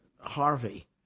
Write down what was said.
Harvey